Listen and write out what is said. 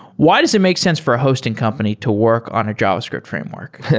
why does it make sense for a hosting company to work on a javascript framework?